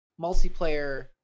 multiplayer